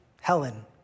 Helen